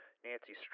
Nancy